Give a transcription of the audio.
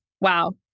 wow